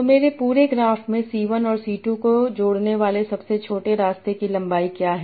तो मेरे पूरे ग्राफ में c 1 और c 2 को जोड़ने वाले सबसे छोटे रास्ते की लंबाई क्या है